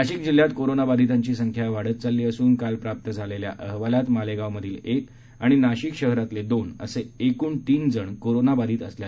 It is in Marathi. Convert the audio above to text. नाशिक जिल्ह्यात कोरोनाबाधीतांची संख्या वाढत चालली असून काल प्राप्त झालेल्या अहवालात मालेगावमधली एक आणि नाशिक शहरातले दोन असे एकूण तीनजण कोरोनाबाधित असल्याच स्पष्ट झालं आहे